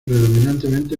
predominantemente